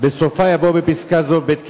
כבוד השרים,